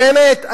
באמת,